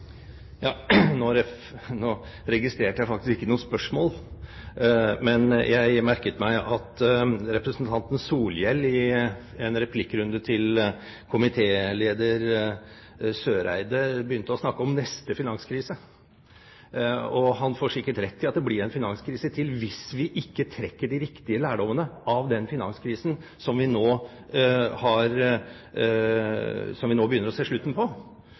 Nå registrerte jeg faktisk ikke noe spørsmål, men jeg merket meg at representanten Solhjell i en replikkrunde med komitéleder Søreide begynte å snakke om neste finanskrise. Og han får sikkert rett i at det blir en finanskrise til hvis vi ikke trekker de riktige lærdommene av den finanskrisen som vi nå begynner å se slutten på.